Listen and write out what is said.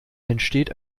entsteht